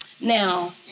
Now